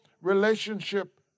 relationship